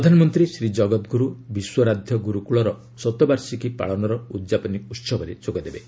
ପ୍ରଧାନମନ୍ତ୍ରୀ ଶ୍ରୀ ଜଗତଗୁରୁ ବିଶ୍ୱରାଧ୍ୟ ଗୁରୁକୁଳର ଶତବାର୍ଷିକ ପାଳନର ଉଦ୍ଯାପନୀ ଉହବରେ ଯୋଗ ଦେବେ